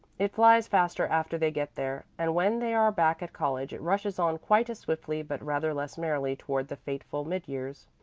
it flies faster after they get there, and when they are back at college it rushes on quite as swiftly but rather less merrily toward the fateful mid-years.